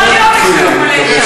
בואי תתחילי,